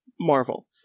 marvel